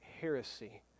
heresy